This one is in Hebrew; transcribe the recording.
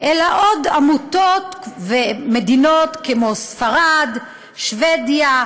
אלא עוד עמותות ומדינות כמו ספרד, שבדיה,